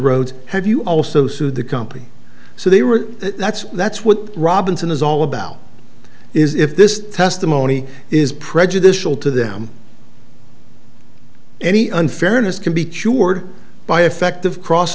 rhodes have you also sued the company so they were that's that's what robinson is all about is if this testimony is prejudicial to them any unfairness can be cured by effective cross